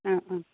ओं ओं